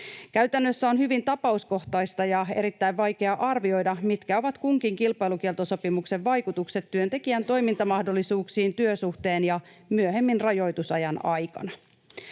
Käytännössä on hyvin tapauskohtaista ja erittäin vaikeaa arvioida, mitkä ovat kunkin kilpailukieltosopimuksen vaikutukset työntekijän toimintamahdollisuuksiin työsuhteen ja myöhemmin rajoitusajan aikana.